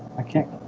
i can't.